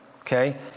Okay